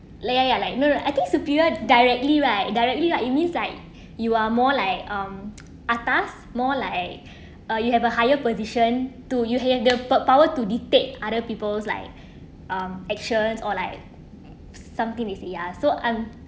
like ya ya like mirror I think superior directly right directly right you means like you are more like um atas more like uh you have a higher position to you have the p~ power to dictate other people's like um action or like something with it ya so I'm